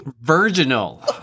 Virginal